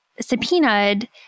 subpoenaed